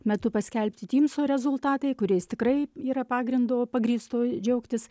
metu paskelbti timso rezultatai kuriais tikrai yra pagrindo pagrįsto džiaugtis